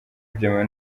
byemewe